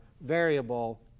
variable